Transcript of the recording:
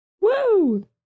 Woo